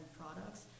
products